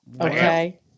Okay